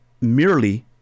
merely